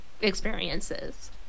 experiences